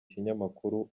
kinyamakuru